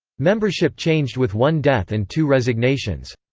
membership changed with one death and two resignations.